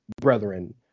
brethren